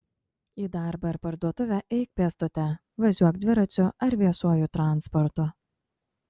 į darbą ir parduotuvę eik pėstute važiuok dviračiu ar viešuoju transportu